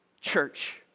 church